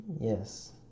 Yes